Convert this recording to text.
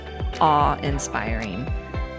awe-inspiring